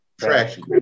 trashy